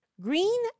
Green